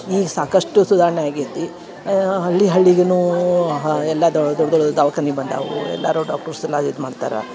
ಈ ಸಾಕಷ್ಟು ಸುಧಾರ್ಣೆ ಆಗೇತಿ ಹಳ್ಳಿ ಹಳ್ಳಿಗುನೂ ಎಲ್ಲ ದೊಡ್ಡ ದೊಡ್ಡ ದವಖಾನಿ ಬಂದಾವು ಎಲ್ಲರು ಡಾಕ್ಟುರ್ಸ್ ಎಲ್ಲ ಇದು ಮಾಡ್ತಾರೆ